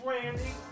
Randy